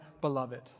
beloved